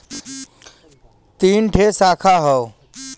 तीन ठे साखा हौ